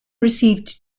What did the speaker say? received